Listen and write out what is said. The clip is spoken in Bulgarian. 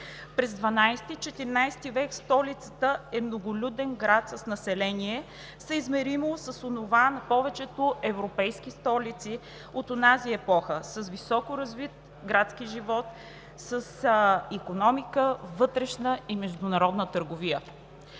През XII – XIV век столицата е многолюден град с население, съизмеримо с онова на повечето европейски столици от онази епоха,с високо развит градски живот, с икономика, с вътрешна и международна търговия.